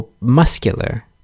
muscular